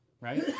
Right